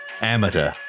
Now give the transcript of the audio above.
Amateur